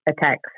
attacks